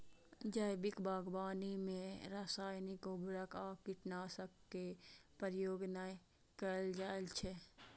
जैविक बागवानी मे रासायनिक उर्वरक आ कीटनाशक के प्रयोग नै कैल जाइ छै